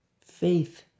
Faith